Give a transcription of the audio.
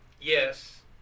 Yes